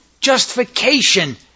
justification